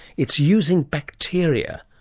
it's using bacteria.